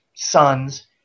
Sons